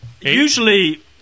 Usually